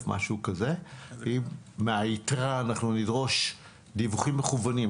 אם מהיתרה אנחנו נדרוש דיווחים מכוונים,